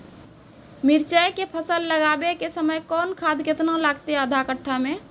मिरचाय के फसल लगाबै के समय कौन खाद केतना लागतै आधा कट्ठा मे?